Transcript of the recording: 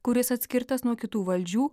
kuris atskirtas nuo kitų valdžių